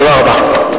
תודה רבה.